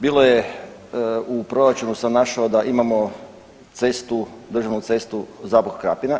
Bilo je, u proračunu sam našao da imamo cestu, državnu cestu Zabok-Krapina.